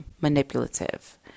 manipulative